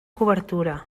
cobertura